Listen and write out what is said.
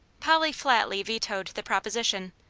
polly flatly vetoed the proposition,